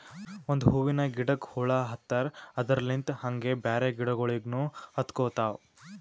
ಒಂದ್ ಹೂವಿನ ಗಿಡಕ್ ಹುಳ ಹತ್ತರ್ ಅದರಲ್ಲಿಂತ್ ಹಂಗೆ ಬ್ಯಾರೆ ಗಿಡಗೋಳಿಗ್ನು ಹತ್ಕೊತಾವ್